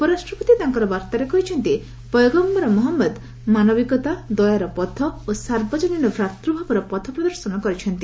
ଉପରାଷ୍ଟ୍ରପତି ତାଙ୍କର ବାର୍ତ୍ତାରେ କହିଛନ୍ତି ପୟଗମ୍ଘର ମହମ୍ମଦ ମାନବିକତା ଦୟାର ପଥ ଓ ସାର୍ବଜନୀନ ଭ୍ରାତୃଭାବର ପଥ ପ୍ରଦର୍ଶନ କରିଛନ୍ତି